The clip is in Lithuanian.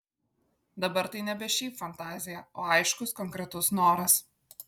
dabar tai nebe šiaip fantazija o aiškus konkretus noras